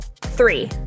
Three